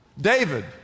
David